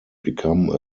become